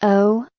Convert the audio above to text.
oh,